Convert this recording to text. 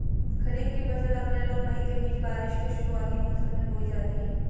खरीफ़ की फ़सल अप्रैल और मई के बीच, बारिश के शुरुआती मौसम में बोई जाती हैं